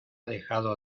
dejado